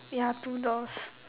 ya two doors